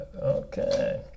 okay